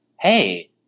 hey